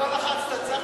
(הארכת תוקף